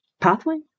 pathway